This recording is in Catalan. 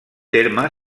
terme